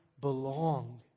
belong